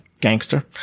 gangster